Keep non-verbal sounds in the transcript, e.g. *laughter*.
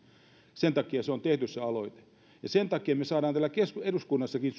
sen takia se aloite on tehty ja sen takia me saamme täällä eduskunnassakin *unintelligible*